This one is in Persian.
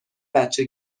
بچه